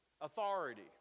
authority